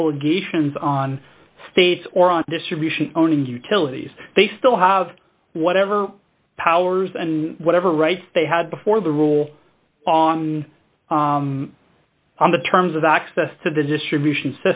obligations on states or on distribution owning utilities they still have whatever powers and whatever rights they had before the rule on the terms of access to the distribution